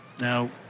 Now